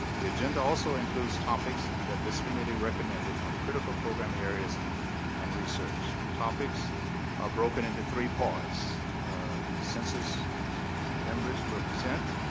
the agenda also includes topics that this committee recommended on critical program areas and research. topics are broken into three parts census members will present,